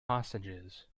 hostages